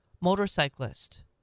motorcyclist